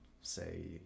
say